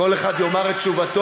כל אחד יאמר את תשובתו,